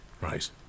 Right